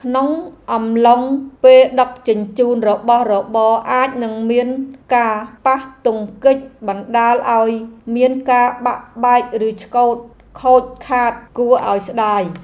ក្នុងអំឡុងពេលដឹកជញ្ជូនរបស់របរអាចនឹងមានការប៉ះទង្គិចបណ្ដាលឱ្យមានការបាក់បែកឬឆ្កូតខូចខាតគួរឱ្យស្ដាយ។